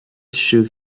shook